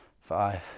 five